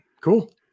Cool